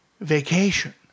vacation